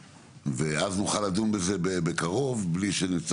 ואז נוכל לדון בזה בקרוב מבלי שנצטרך